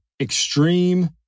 extreme